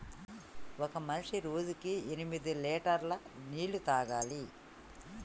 ఒక మనిషి రోజుకి ఎనిమిది లీటర్ల నీళ్లు తాగాలి